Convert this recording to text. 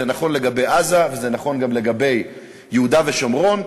זה נכון לגבי עזה וזה נכון גם לגבי יהודה ושומרון,